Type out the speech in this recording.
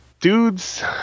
dudes